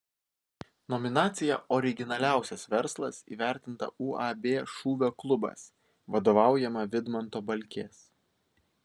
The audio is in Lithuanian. nominacija originaliausias verslas įvertinta uab šūvio klubas vadovaujama vidmanto balkės